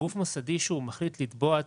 שגוף מוסדי שמחליט לתבוע,